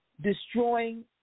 destroying